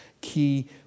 key